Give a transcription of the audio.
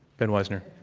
ben wizner.